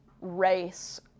race